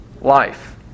life